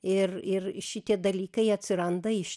ir ir šitie dalykai atsiranda iš